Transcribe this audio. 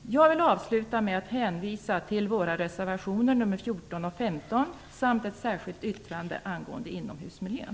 Jag vill avsluta med att hänvisa till våra reservationer nr 14 och 15 samt ett särskilt yttrande angående inomhusmiljön.